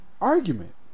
argument